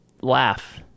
laugh